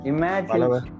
Imagine